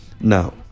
Now